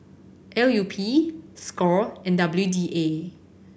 L U P score and W D A